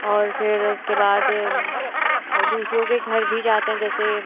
और फिर उसके बाद और दूसरों के घर भी जाते हैं जैसे